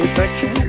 section